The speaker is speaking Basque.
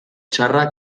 txarra